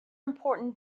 important